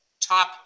top